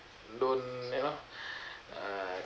don't you know uh